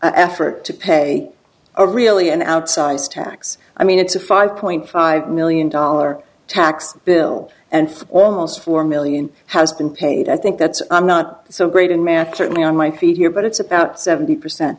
effort to pay a really an outsized tax i mean it's a five point five million dollar tax bill and almost four million has been paid i think that's i'm not so great in math certainly on my feet here but it's about seventy percent